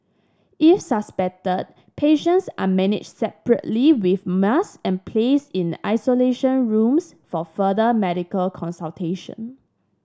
if suspected patients are managed separately with and placed in isolation rooms for further medical consultation